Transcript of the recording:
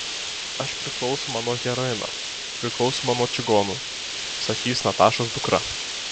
aš priklausoma nuo heroino priklausoma nuo čigonų sakys natašos dukra